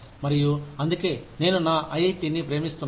మరియు అందుకే నేను నా ఐఐటీని ప్రేమిస్తున్నాను